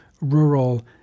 rural